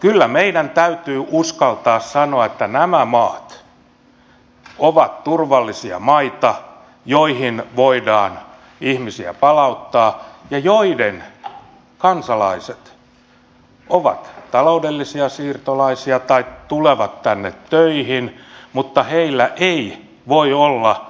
kyllä meidän täytyy uskaltaa sanoa että nämä maat ovat turvallisia maita joihin voidaan ihmisiä palauttaa ja joiden kansalaiset ovat taloudellisia siirtolaisia tai tulevat tänne töihin mutta heillä ei voi olla